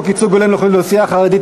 ללכת פסיעה אחת.